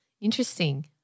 Interesting